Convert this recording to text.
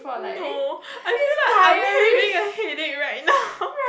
no I feel like I'm having a headache right now